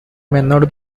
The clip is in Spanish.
menor